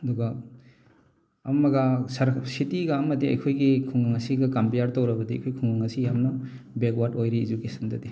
ꯑꯗꯨꯒ ꯑꯃꯒ ꯁꯤꯇꯤꯒ ꯑꯃꯗꯤ ꯑꯩꯈꯣꯏꯒꯤ ꯈꯨꯡꯒꯪ ꯑꯁꯤꯒ ꯀꯝꯄ꯭ꯌꯥꯔ ꯇꯧꯔꯕꯗꯤ ꯑꯩꯈꯣꯏꯒꯤ ꯈꯨꯡꯒꯪ ꯑꯁꯤ ꯌꯥꯝꯅ ꯕꯦꯛꯋꯥꯔꯠ ꯑꯣꯏꯔꯤ ꯏꯖꯨꯀꯦꯁꯟꯗꯗꯤ